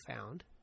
found